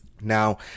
Now